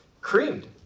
creamed